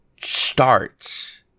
starts